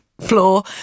floor